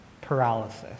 paralysis